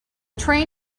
train